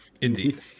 Indeed